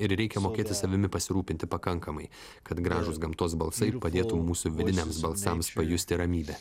ir reikia mokėti savimi pasirūpinti pakankamai kad gražūs gamtos balsai padėtų mūsų vidiniams balsams pajusti ramybę